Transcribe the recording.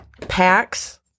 Packs